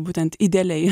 būtent idealiai